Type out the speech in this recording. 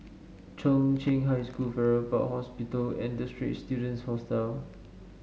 Chung Cheng High School Farrer Park Hospital and The Straits Students Hostel